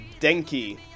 Denki